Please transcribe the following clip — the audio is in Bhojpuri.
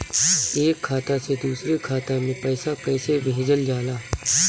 एक खाता से दुसरे खाता मे पैसा कैसे भेजल जाला?